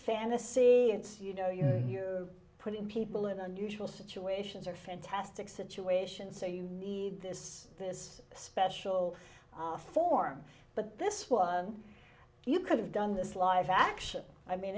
fantasy it's you know you know you're putting people in unusual situations or fantastic situations so you need this this special form but this one you could have done this live action i mean